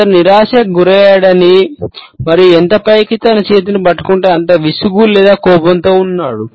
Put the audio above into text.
అతను నిరాశకు గురయ్యాడని మరియు ఎంత పైకి తన చేతిని పట్టుకుంటే అంత విసుగు లేదా కోపంతో ఉన్నాడు